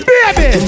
Baby